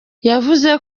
yavuze